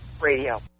Radio